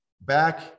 back